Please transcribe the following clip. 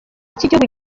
kigihugu